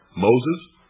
moses,